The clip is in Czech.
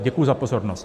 Děkuji za pozornost.